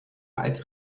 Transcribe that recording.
als